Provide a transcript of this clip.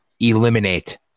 eliminate